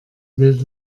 will